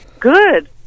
Good